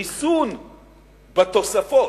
ריסון בתוספות,